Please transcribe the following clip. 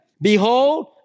Behold